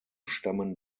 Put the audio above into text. stammen